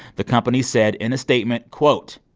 the company said in a statement, quote,